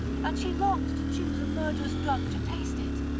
and she longed to choose a murderous drug to taste it,